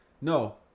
No